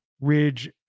Ridge